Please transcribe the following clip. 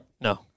No